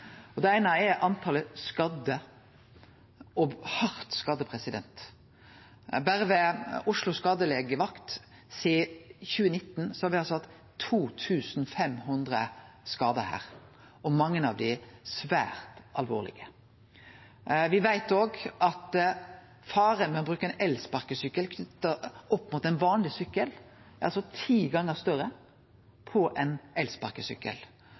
Det eine er talet på skadde og hardt skadde. Berre ved Oslo skadelegevakt har me sidan 2019 hatt 2 500 skader, og mange av dei er svært alvorlege. Me veit òg at faren ved å bruke ein elsparkesykkel opp mot ein vanleg sykkel er ti gonger større på ein elsparkesykkel.